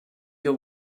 your